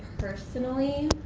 personally,